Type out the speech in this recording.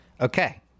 Okay